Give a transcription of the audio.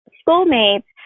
schoolmates